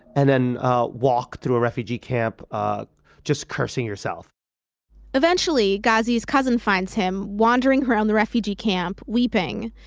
and then walk through a refugee camp ah just cursing yourself eventually, ghazi's cousin finds him, wandering around the refugee camp, weeping,